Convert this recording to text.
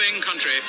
country